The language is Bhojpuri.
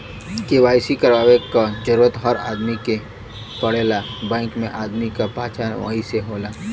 के.वाई.सी करवाये क जरूरत हर आदमी के पड़ेला बैंक में आदमी क पहचान वही से होला